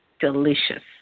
delicious